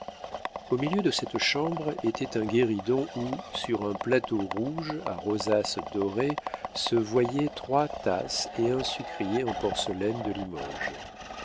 au milieu de cette chambre était un guéridon où sur un plateau rouge à rosaces dorées se voyaient trois tasses et un sucrier en porcelaine de limoges